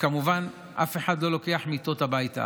וכמובן אף אחד לא לוקח מיטות הביתה.